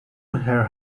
her